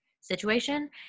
situation